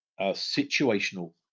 situational